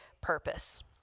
purpose